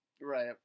Right